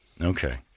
Okay